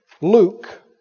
Luke